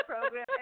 program